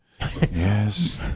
Yes